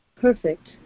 perfect